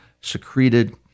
secreted